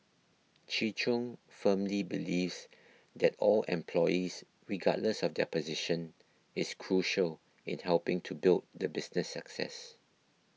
Chi Chung firmly believes that all employees regardless of their position is crucial in helping to build the business success